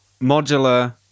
modular